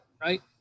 right